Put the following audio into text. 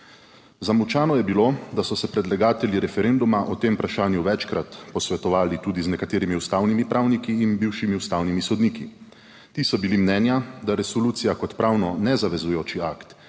Zamolčano je bilo, da so se predlagatelji referenduma o tem vprašanju večkrat posvetovali tudi z nekaterimi ustavnimi pravniki in bivšimi ustavnimi sodniki. Ti so bili mnenja, da je resolucija kot pravno nezavezujoč akt